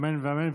אמן ואמן.